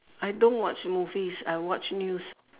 I don't watch movies I watch news